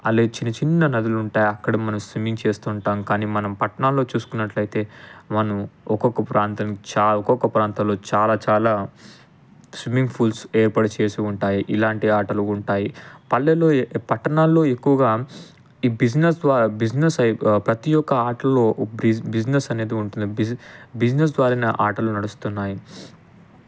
అలా చిన్నచిన్న నదులు ఉంటాయి అక్కడ మనం స్విమ్మింగ్ చేస్తూ ఉంటాం కానీ మనం పట్టణాల్లో చూసుకున్నట్లయితే మనం ఒక్కొక్క ప్రాంతం చా ఒక్కొక్క ప్రాంతంలో చాలా చాలా స్విమ్మింగ్ పూల్స్ ఏర్పాటు చేసి ఉంటాయి ఇలాంటి ఆటలు ఉంటాయి పల్లెలు పట్టణాల్లో ఎక్కువగా ఈ బిజినెస్ ద్వారా బిజినెస్ అయ్యి ప్రతి ఒక్క ఆటల్లో బి బిజినెస్ అనేది ఉంటుంది బిజి బిజినెస్ ద్వారానే ఆటలు నడుస్తున్నాయి